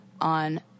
on